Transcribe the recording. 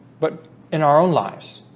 but in our own lives